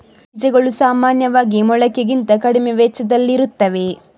ಬೀಜಗಳು ಸಾಮಾನ್ಯವಾಗಿ ಮೊಳಕೆಗಿಂತ ಕಡಿಮೆ ವೆಚ್ಚದಲ್ಲಿರುತ್ತವೆ